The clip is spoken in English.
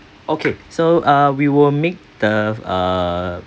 okay so uh we will make the uh